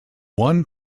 one